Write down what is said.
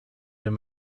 him